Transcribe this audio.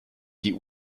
die